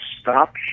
stop